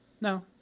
No